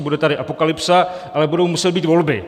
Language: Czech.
Bude tady apokalypsa, ale budou muset být volby.